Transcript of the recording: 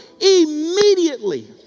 Immediately